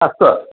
अस्तु